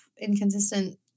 inconsistent